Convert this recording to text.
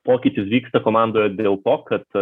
pokytis vyksta komandoje dėl to kad